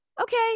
okay